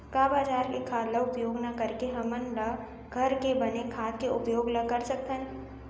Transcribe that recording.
का बजार के खाद ला उपयोग न करके हमन ल घर के बने खाद के उपयोग ल कर सकथन?